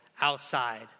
outside